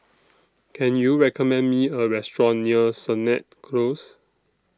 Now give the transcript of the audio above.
Can YOU recommend Me A Restaurant near Sennett Close